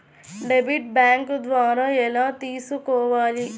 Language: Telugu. డెబిట్ బ్యాంకు ద్వారా ఎలా తీసుకోవాలి?